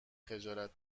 خجالت